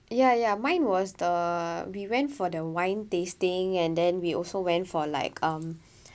ya ya mine was the we went for the wine tasting and then we also went for like um